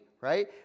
right